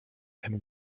and